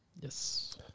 Yes